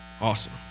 awesome